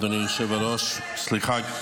אדוני יושב-הראש, סליחה.